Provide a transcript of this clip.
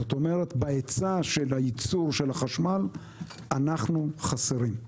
זאת אומרת, בהיצע של הייצור של החשמל אנחנו חסרים.